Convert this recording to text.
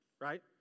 right